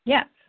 Yes